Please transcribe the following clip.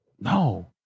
no